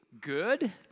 good